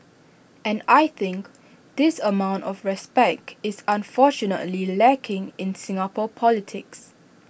and I think this amount of respect is unfortunately lacking in Singapore politics